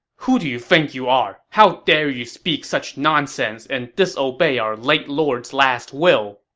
who do you think you are! how dare you speak such nonsense and disobey our late lord's last will?